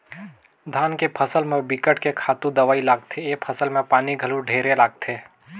धान के फसल म बिकट के खातू दवई लागथे, ए फसल में पानी घलो ढेरे लागथे